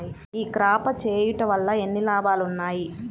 ఈ క్రాప చేయుట వల్ల ఎన్ని లాభాలు ఉన్నాయి?